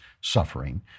suffering